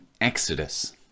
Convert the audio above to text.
Exodus